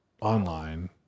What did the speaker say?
online